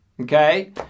Okay